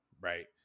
right